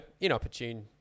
inopportune